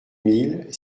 mille